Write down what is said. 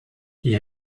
die